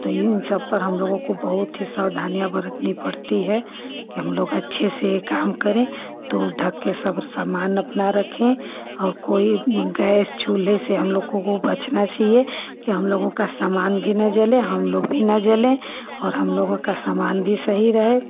तो इन सब पर हम लोग को बहुत ही सावधानियाँ बरतनी पड़ती है कि हम लोग अच्छे से काम करें तो ढक कर सब सामान अपना रखें और कोई गैस चूल्हे से हम लोगों को बचना चाहिए कि हम लोगों का समान भी न जले हम लोग भी न जले और हम लोगों का सामान भी सही रहे